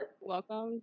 Welcome